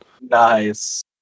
Nice